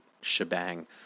shebang